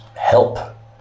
help